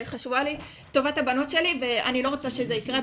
חשובה לי טובת הבנות שלי ואני לא רוצה שזה יקרה,